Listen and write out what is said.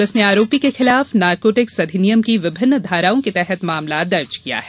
police ने आरोपी के खिलाफ नारकोटिक्स अधिनियम की विभिन्न धाराओं के तहत मामला दर्ज किया है